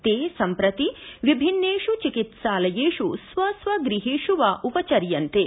ते सम्प्रति विभिन्नेष् चिकित्सालयेषु स्व स्व गृहेषु वा उपचर्यन्ते